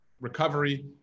recovery